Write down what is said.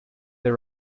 the